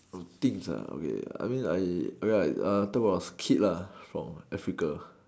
oh things ah okay I mean I I like err talk about kid lah from Africa